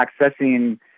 accessing